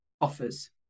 offers